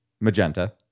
magenta